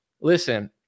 listen